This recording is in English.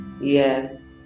Yes